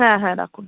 হ্যাঁ হ্যাঁ রাখুন